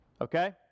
okay